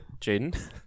Jaden